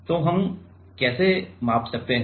तो हम कैसे माप सकते हैं